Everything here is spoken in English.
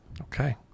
Okay